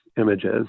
images